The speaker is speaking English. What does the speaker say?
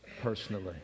personally